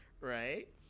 right